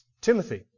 Timothy